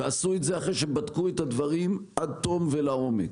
ועשו את זה אחרי שבדקו את הדברים עד תום ולעומק.